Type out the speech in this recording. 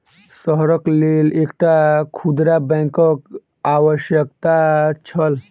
शहरक लेल एकटा खुदरा बैंकक आवश्यकता छल